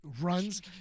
runs